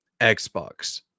Xbox